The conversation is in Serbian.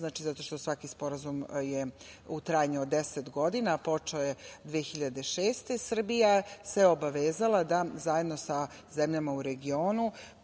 zato što je svaki sporazum u trajanju od deset godina, a počeo je 2006. godine. Srbija se obavezala da zajedno sa zemljama u regionu